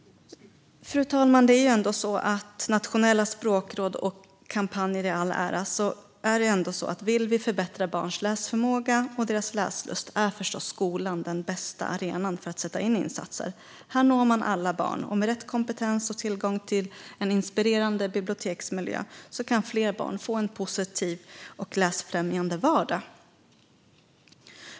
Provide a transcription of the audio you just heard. Fru talman! Nationella språkråd och kampanjer i all ära, men vill vi förbättra barns läsförmåga och läslust är förstås skolan den bästa arenan för att sätta in insatser. Här når man alla barn, och med rätt kompetens och tillgång till en inspirerande biblioteksmiljö kan fler barn få en positiv och läsfrämjande vardag.